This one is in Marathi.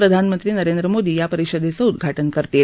प्रधानमंत्री नरेंद्र मोदी यां परिषदउद्वाटन करतील